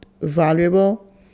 valuable